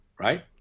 right